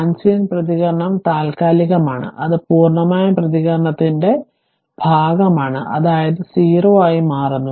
transient പ്രതികരണം താൽക്കാലികമാണ് അത് പൂർണ്ണമായ പ്രതികരണത്തിന്റെ ഭാഗമാണ് അതായത് 0 ആയി മാറുന്നു